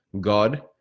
God